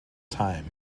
time